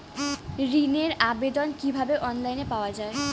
ঋনের আবেদন কিভাবে অনলাইনে করা যায়?